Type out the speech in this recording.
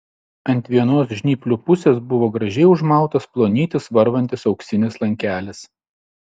ant vienos žnyplių pusės buvo gražiai užmautas plonytis varvantis auksinis lankelis